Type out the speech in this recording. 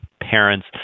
parents